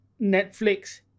Netflix